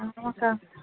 ஆமாக்கா